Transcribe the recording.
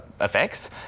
effects